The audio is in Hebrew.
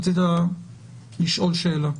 רצית לשאול שאלה.